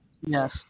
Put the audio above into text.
Yes